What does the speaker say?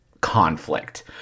conflict